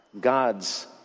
God's